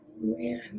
Man